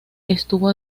estuvo